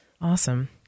Awesome